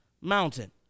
mountain